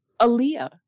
Aaliyah